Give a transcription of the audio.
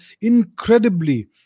incredibly